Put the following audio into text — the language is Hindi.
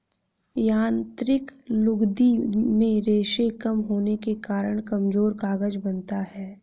यांत्रिक लुगदी में रेशें कम होने के कारण कमजोर कागज बनता है